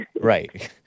Right